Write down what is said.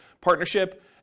partnership